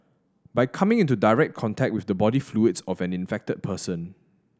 by coming into direct contact with the body fluids of an infected person